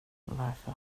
varför